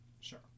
Sure